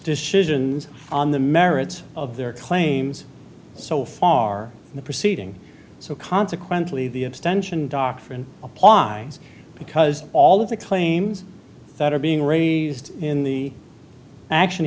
decisions on the merits of their claims so far in the proceeding so consequently the abstention doctrine apply because all of the claims that are being raised in the action